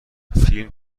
فیلم